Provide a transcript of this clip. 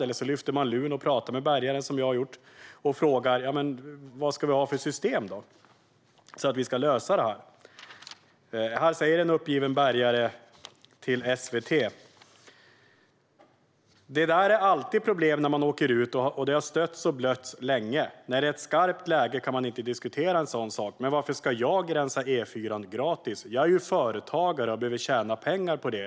Man kan också lyfta luren och prata med bärgare, som jag har gjort, och fråga: Vad ska vi ha för system för att lösa detta? En uppgiven bärgare säger till SVT: Det där är alltid problem när man åker ut, och det har stötts och blötts länge. När det är ett skarpt läge kan man inte diskutera en sådan sak. Men varför ska jag rensa E4:an gratis? Jag är ju företagare och behöver tjäna pengar på det.